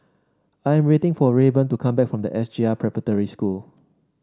I'm waiting for Rayburn to come back from the S J I Preparatory School